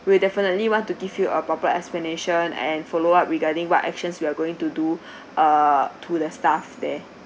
we will definitely want to give you a proper explanation and follow up regarding what actions we are going to do uh to their staff there